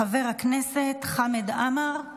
חבר הכנסת חמד עמאר.